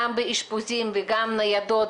גם באשפוזים וגם ניידות,